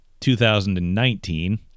2019